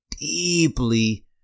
deeply